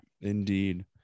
Indeed